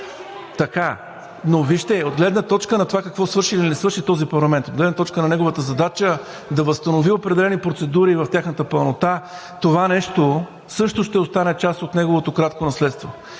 Но, вижте, от гледна точка на това какво свърши или не свърши този парламент, от гледна точка на неговата задача да възстанови определени процедури в тяхната пълнота, това нещо също ще остане част от неговото кратко наследство.